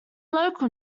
local